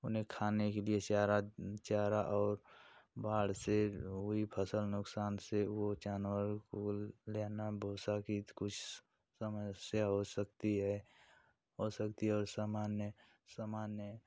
उन्हे खाने के लिए चारा चारा और बाढ़ से हुई फसल नुकसान से वह जानवर कोल देना भूसा कीत कुछ समस्या हो सकती है और शक्ति और सामान्य सामान्य